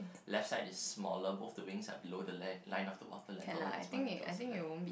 left side is smaller both the rings are below the length line of the water level as it might be towards the length